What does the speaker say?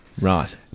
Right